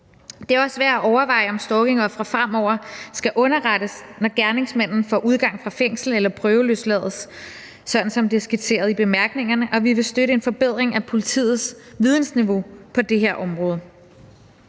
Det er også værd at overveje, om stalkingofre fremover skal underrettes, når gerningsmanden får udgang fra fængsel eller prøveløslades, sådan som det er skitseret i bemærkningerne. Og vi vil støtte en forbedring af politiets vidensniveau på det her område.